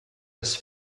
has